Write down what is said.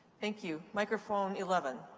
thank you. microphone eleven.